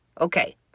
Okay